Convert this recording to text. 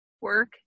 work